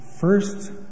first